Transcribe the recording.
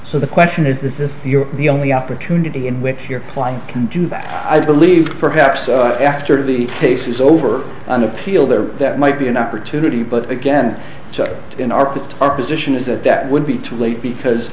so the question is if you're the only opportunity in which your client can do that i believe perhaps after the case is over on appeal there that might be an opportunity but again in our that our position is that that would be too late because